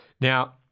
Now